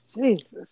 Jesus